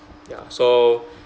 ya so